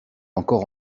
encore